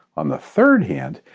on the third hand,